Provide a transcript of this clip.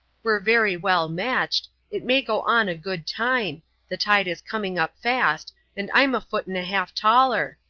we're very well matched it may go on a good time the tide is coming up fast and i'm a foot and a half taller.